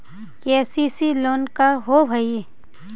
KCC loan का होब हइ?